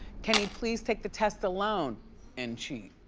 can he please take the test alone and cheat.